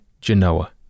Genoa